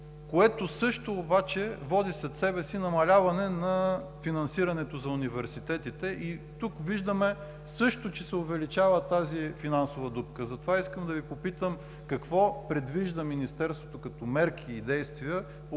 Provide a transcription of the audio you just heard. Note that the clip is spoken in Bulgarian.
което обаче също води след себе си намаляване на финансирането за университетите и тук виждаме също, че се увеличава тази финансова дупка. Затова искам да Ви попитам: какво предвижда Министерството като мерки и действия